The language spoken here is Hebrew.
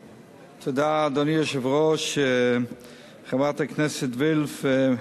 אדוני היושב-ראש, תודה, 1 2. חברת הכנסת וילף,